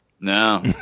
No